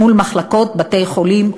מול מחלקות בתי-חולים.